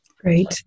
Great